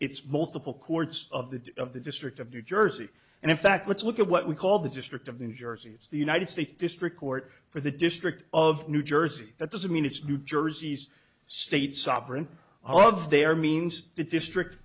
it's multiple courts of the of the district of new jersey and in fact let's look at what we call the district of new jersey it's the united states district court for the district of new jersey that doesn't mean it's new jersey's state sovereignty all of their means the district